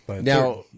Now